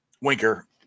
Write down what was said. Winker